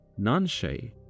Nanshe